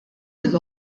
lill